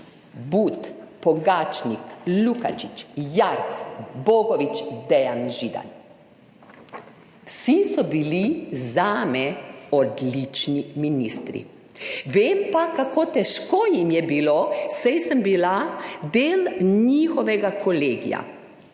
But, Pogačnik, Lukačič, Jarc, Bogovič, Dejan Židan. Vsi so bili zame odlični ministri, vem pa, kako težko jim je bilo, saj sem bila del njihovega kolegija,